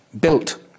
built